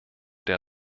der